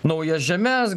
naujas žemes